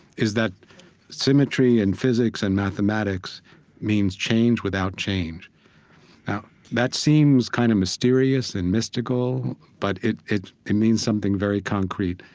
is that symmetry in physics and mathematics means change without change now, that seems kind of mysterious and mystical, but it it means something very concrete.